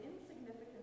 insignificant